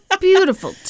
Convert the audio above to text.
beautiful